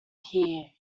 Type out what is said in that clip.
here